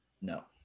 No